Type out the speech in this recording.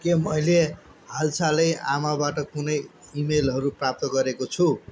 के मैले हालसालै आमाबाट कुनै इमेलहरू प्राप्त गरेको छु